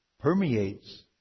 permeates